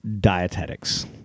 dietetics